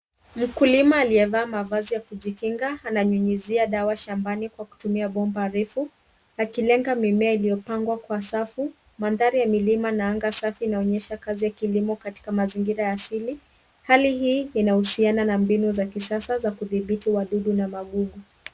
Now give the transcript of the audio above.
Mkulima aliyevaa mavazi ya kujikinga, ananyunyuzia dawa shambani kwa kutumia bomba refu, akilenga mimea iliyopangwa kwa safu. Mandhari ya milima na anga safi inaonyesha kazi ya kilimo katika mazingira ya asili. Hali hii inahusiana na mbinu za kisasa za kudhibiti wadudu na magugu.